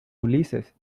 ulises